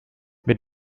mit